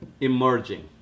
Emerging